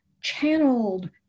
channeled